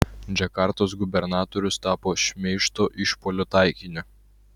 džakartos gubernatorius tapo šmeižto išpuolių taikiniu